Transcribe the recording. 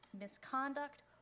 misconduct